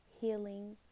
healing